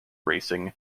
racing